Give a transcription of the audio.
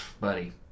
Buddy